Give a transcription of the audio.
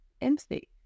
empathy